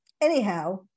Anyhow